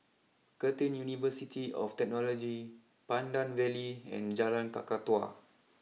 Curtin University of Technology Pandan Valley and Jalan Kakatua